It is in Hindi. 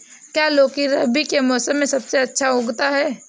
क्या लौकी रबी के मौसम में सबसे अच्छा उगता है?